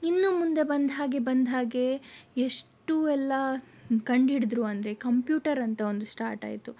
ಇನ್ನೂ ಮುಂದೆ ಬಂದ ಹಾಗೆ ಬಂದ ಹಾಗೆ ಎಷ್ಟು ಎಲ್ಲ ಕಂಡುಹಿಡಿದರು ಅಂದರೆ ಕಂಪ್ಯೂಟರ್ ಅಂತ ಒಂದು ಸ್ಟಾರ್ಟ್ ಆಯಿತು